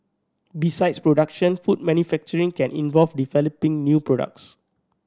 besides production food manufacturing can involve developing new products